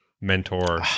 mentor